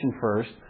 first